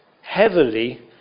heavily